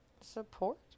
support